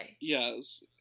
Yes